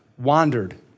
wandered